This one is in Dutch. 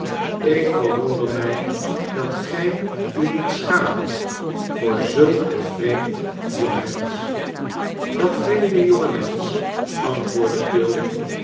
ik verwonder mij dat gij u niet schaamt voor zulk een vreemd jong mensch dat vreemde jonge mensch antwoordde quilp